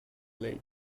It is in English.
late